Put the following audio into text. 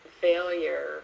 failure